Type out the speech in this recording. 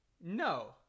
no